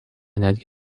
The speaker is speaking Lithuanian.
netgi